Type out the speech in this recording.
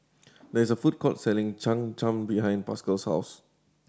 there is a food court selling Cham Cham behind Pascal's house